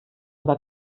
aber